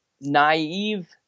naive